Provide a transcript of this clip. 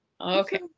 Okay